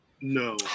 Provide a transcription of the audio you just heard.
No